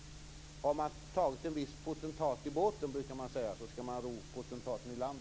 Man brukar säga att har man tagit en viss potentat i båten så skall man också ro potentaten i land.